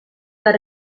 dal